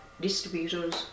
distributors